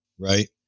right